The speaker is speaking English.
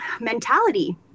mentality